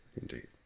Indeed